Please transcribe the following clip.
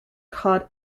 called